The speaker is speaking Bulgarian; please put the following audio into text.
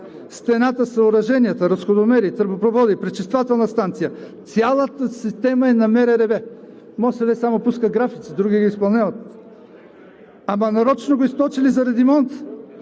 стената, съоръженията, разходомери, тръбопроводи, пречиствателна станция – цялата система е на МРРБ. МОСВ само пуска графици, други ги изпълняват. Ама нарочно го източили заради ремонт,